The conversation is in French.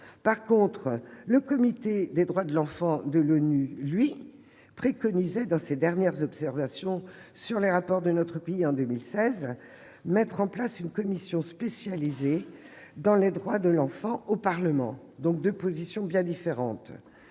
revanche, le Comité des droits de l'enfant de l'ONU préconisait dans ses dernières observations sur les rapports de notre pays en 2016 de « mettre en place une commission spécialisée dans les droits de l'enfant au Parlement ». Les deux positions sont donc bien différentes.